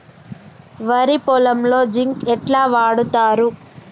వరి పొలంలో జింక్ ఎట్లా వాడుతరు?